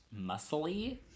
muscly